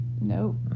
No